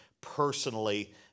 personally